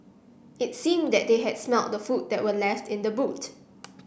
it seemed that they had smelt the food that were left in the boot